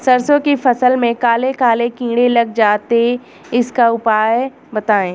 सरसो की फसल में काले काले कीड़े लग जाते इसका उपाय बताएं?